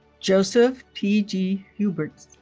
joseph p. g. huberts